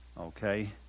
Okay